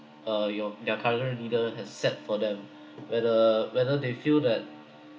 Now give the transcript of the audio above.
uh your their current leader has set for them whether whether they feel that